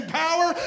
power